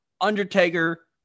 Undertaker